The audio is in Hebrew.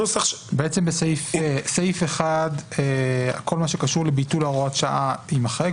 סעיף 1, כל מה שקשור לביטול הוראת השעה יימחק.